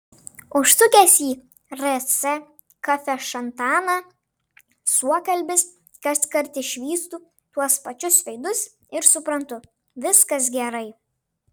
užsukęs į rs kafešantaną suokalbis kaskart išvystu tuos pačius veidus ir suprantu viskas gerai